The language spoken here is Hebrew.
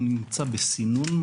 הוא נמצא בסינון,